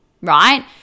right